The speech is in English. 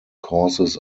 causes